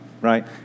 right